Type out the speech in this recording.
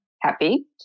happy